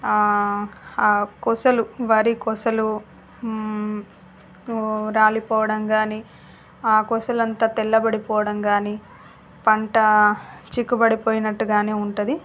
ఆ కొసలు వరి కొసలు రాలిపోవడం కాని ఆ కోసలు అంతా తెల్లబడి పోవడం కాని పంట చిక్కుబడి పోయినట్టుకాని ఉంటుంది